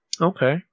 Okay